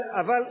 זה עוזר לשפר,